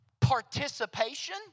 participation